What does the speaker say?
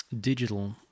digital